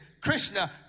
Krishna